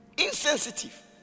insensitive